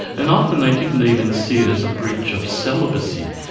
and often they didn't even see it as a breach of celibacy.